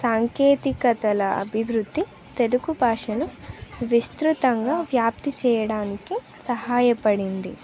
సాంకేతికతల అభివృద్ధి తెలుగు భాషను విస్తృతంగా వ్యాప్తి చేయడానికి సహాయపడింది